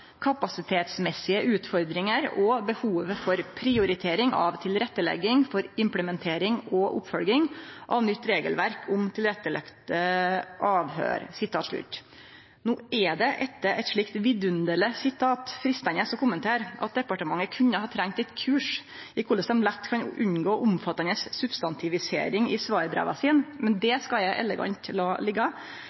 og behovet for prioritering av tilrettelegging for implementering og oppfølging av nytt regelverk om tilrettelagte avhør». Det er etter eit slikt vedunderleg sitat freistande å kommentere at departementet kunne ha trengt eit kurs i korleis dei lett kan unngå omfattande substantivisering i svarbreva sine, men det skal eg elegant